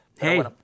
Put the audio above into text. hey